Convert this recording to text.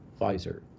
Pfizer